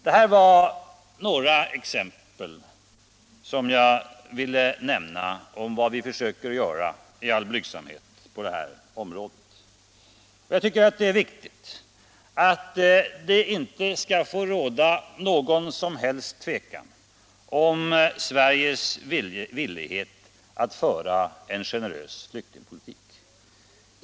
Det här var några exempel på vad vi i all blygsamhet försöker göra på detta område. Jag tycker att det är viktigt att det inte råder något som helst tvivel om Sveriges villighet att föra en generös flyktingpolitik.